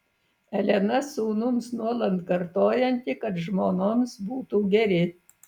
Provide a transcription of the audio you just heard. elena sūnums nuolat kartojanti kad žmonoms būtų geri